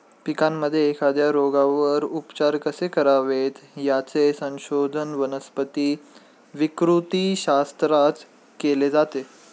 पिकांमध्ये एखाद्या रोगावर उपचार कसे करावेत, याचे संशोधन वनस्पती विकृतीशास्त्रात केले जाते